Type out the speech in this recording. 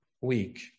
week